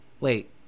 Wait